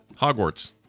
hogwarts